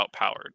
outpowered